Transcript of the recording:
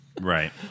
Right